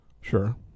sure